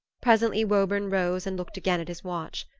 presently woburn rose and looked again at his watch.